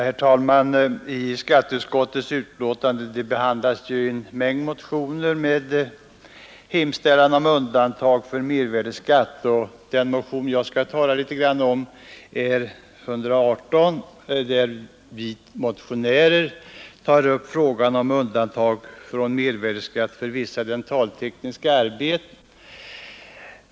Herr talman! I skatteutskottets betänkande nr 59 behandlas flera motioner med hemställan om undantag från mervärdeskatt. Den motion jag skall tala litet grand om har nr 118. Vi motionärer tar där upp frågan om undantag från mervärdeskatt för vissa dentaltekniska arbeten.